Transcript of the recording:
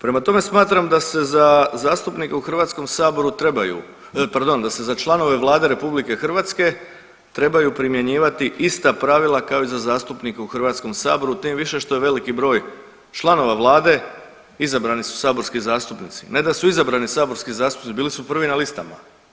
Prema tome smatram da se za zastupnika u Hrvatskom saboru trebaju, pardon da se za članove Vlade RH trebaju primjenjivati ista pravila kao i za zastupnike u Hrvatskom saboru tim više što je veliki broj članova vlada izabrani su saborski zastupnici, ne da su izabrani saborski zastupnici, bili su prvi na listama.